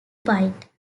bight